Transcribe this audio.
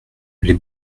les